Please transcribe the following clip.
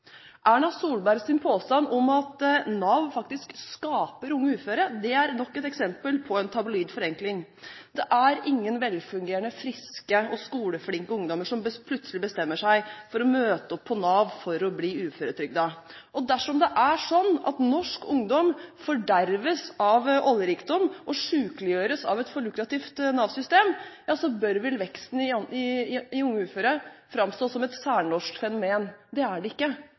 påstand om at Nav faktisk skaper unge uføre, er nok et eksempel på en tabloid forenkling. Det er ingen velfungerende, friske og skoleflinke ungdommer som plutselig bestemmer seg for å møte opp på Nav for å bli uføretrygdet. Dersom det er sånn at norsk ungdom forderves av oljerikdom og sykeliggjøres av et for lukrativt Nav-system, ja, så bør veksten i unge uføre framstå som et særnorsk fenomen. Det er det ikke.